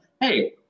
Hey